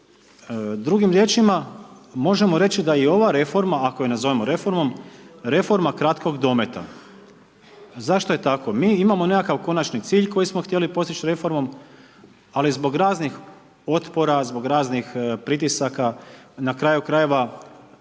Drugim riječima možemo reći da i ova reforma ako je nazovemo reformom, reforma kratkom dometa. Zašto je tako? mi imamo neki konači cilj koji smo htjeli postići reformom, ali zbog raznih otpora, zbog raznih pritisaka na kraju krajeva